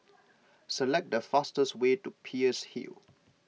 select the fastest way to Peirce Hill